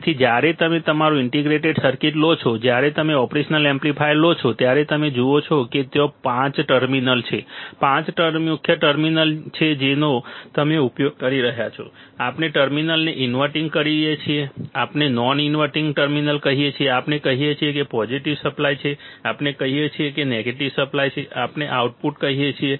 તેથી જ્યારે તમે અમારું ઇન્ટિગ્રેટેડ સર્કિટ લો છો જ્યારે તમે ઓપરેશનલ એમ્પ્લીફાયર લો છો ત્યારે તમે જુઓ છો કે ત્યાં પાંચ ટર્મિનલ છે પાંચ મુખ્ય ટર્મિનલ છે જેનો તમે ઉપયોગ કરી રહ્યા છો આપણે ટર્મિનલને ઇન્વર્ટીંગ કરીએ છીએ આપણે નોન ઇન્વર્ટીંગ ટર્મિનલ કહીએ છીએ આપણે કહીએ છીએ પોઝિટિવ સપ્લાય છે આપણે કહીએ છીએ નેગેટિવ સપ્લાય છે આપણે આઉટપુટ કહીએ છીએ